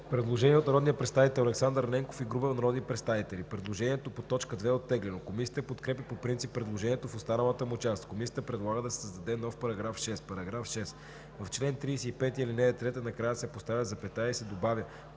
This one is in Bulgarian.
Предложение от народния представител Александър Ненков и група народни представители. Предложението по т. 2 е оттеглено. Комисията подкрепя по принцип предложението в останалата му част. Комисията предлага да се създаде нов § 6: „§ 6. В чл. 35, ал. 3 накрая се поставя запетая и се добавя